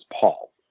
Paul